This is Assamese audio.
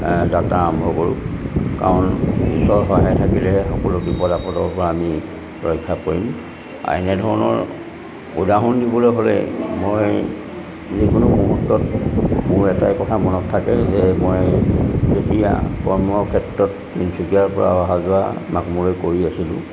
যাত্ৰা আৰম্ভ কৰোঁ কাৰণ ঈশ্বৰ সহায় থাকিলেহে সকলো বিপদ আপদৰ পৰা আমি ৰক্ষা পৰিম আৰু এনেধৰণৰ উদাহৰণ দিবলৈ হ'লে মই যিকোনো মুহূৰ্তত মোৰ এটাই কথা মনত থাকে যে মই যেতিয়া কৰ্মৰ ক্ষেত্ৰত তিনিচুকীয়াৰ পৰা অহা যোৱা কৰি আছিলোঁ